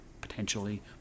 potentially